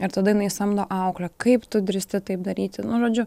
ir tada jinai samdo auklę kaip tu drįsti taip daryti nu žodžiu